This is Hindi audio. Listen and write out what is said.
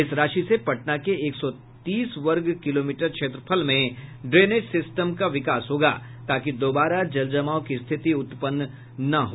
इस राशि से पटना के एक सौ तीस वर्ग किलोमीटर क्षेत्रफल में ड्रेनेज सिस्टम का विकास होगा ताकि दोबारा जलजमाव की स्थिति उत्पन्न न हो